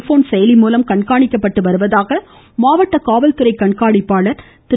phone செயலி மூலம் கண்காணிக்கப்பட்டு வருவதாக மாவட்ட காவல் கண்காணிப்பாளர் திரு